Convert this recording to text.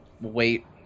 wait